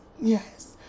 Yes